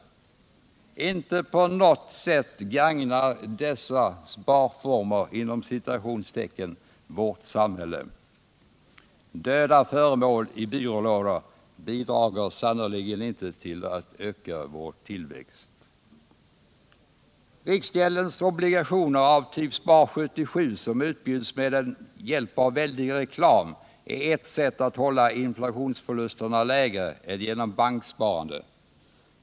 Inte på något sätt gagnar dessa ”sparformer” vårt samhälle. Döda föremål i byrålådor bidrar sannerligen inte till att öka vår tillväxt. Riksgäldskontorets obligationer av typ Spar 77, som utbjuds med hjälp av väldig reklam, är ett sätt att hålla inflationsförlusterna lägre än genom banksparande.